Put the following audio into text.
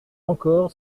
encore